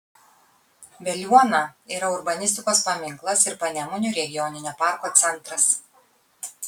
veliuona yra urbanistikos paminklas ir panemunių regioninio parko centras